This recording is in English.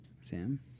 Sam